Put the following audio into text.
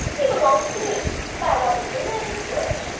he belongs to me and i want him to live and flourish.